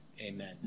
Amen